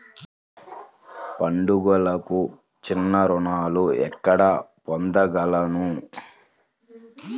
పండుగలకు చిన్న రుణాలు ఎక్కడ పొందగలను?